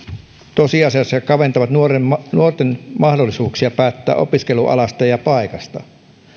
tosiasiassa kaventavat nuorten mahdollisuuksia päättää opiskelualasta ja ja paikasta